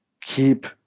keep